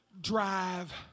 drive